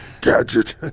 Gadget